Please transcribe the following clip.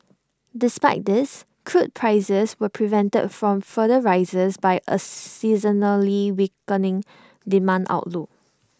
despite this crude prices were prevented from further rises by A seasonally weakening demand outlook